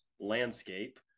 landscape